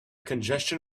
congestion